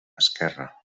esquerre